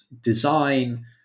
design